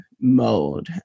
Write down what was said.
mode